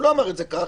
הוא לא אמר את זה כך.